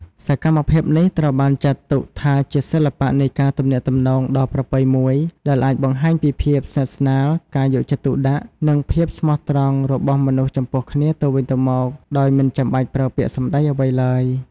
សកម្មភាពនេះត្រូវបានចាត់ទុកថាជាសិល្បៈនៃការទំនាក់ទំនងដ៏ប្រពៃមួយ ដែលអាចបង្ហាញពីភាពស្និទ្ធស្នាល ការយកចិត្តទុកដាក់ និងភាពស្មោះត្រង់របស់មនុស្សចំពោះគ្នាទៅវិញទៅមកដោយមិនចាំបាច់ប្រើពាក្យសម្ដីអ្វីឡើយ។